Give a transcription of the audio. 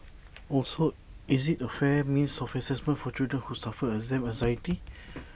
also is IT A fair means of Assessment for children who suffer exam anxiety